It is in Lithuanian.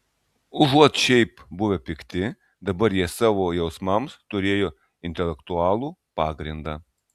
užuot šiaip buvę pikti dabar jie savo jausmams turėjo intelektualų pagrindą